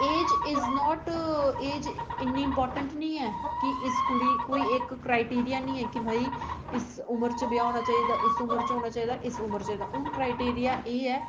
age is not as इन्नी important नीं ऐ कि इस कुड़ी कोई इक प्राइरटी ते ऐ नीं कि भई इस उमर च ब्याह् होना चाहिदा इस उमर च होना चाहिदा इस उमर च हून क्राईटेरिया एह् ऐ